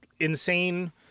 insane